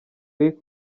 lick